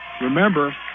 Remember